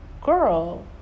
girl